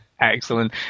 Excellent